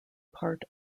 part